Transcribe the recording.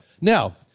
Now